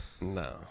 no